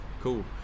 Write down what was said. Cool